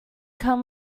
come